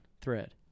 Thread